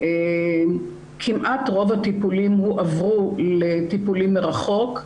כמעט רוב הטיפולים הועברו לטיפולים מרחוק,